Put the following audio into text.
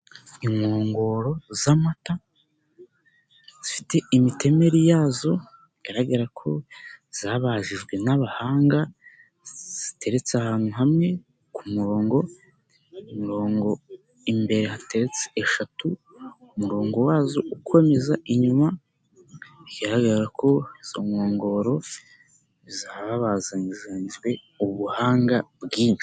Inkongoro z'amata zifite imitemeri yazo bigaragara ko zabajijwe n'abahanga, ziteretse ahantu hamwe ku murongo, umurongo imbere hatetse eshatu, umurongo wazo ukomeza inyuma, bigarara ko izo nkongoro zabazanyijwe ubuhanga bwinshi.